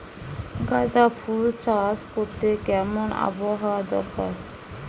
গাঁদাফুল চাষ করতে কেমন আবহাওয়া দরকার?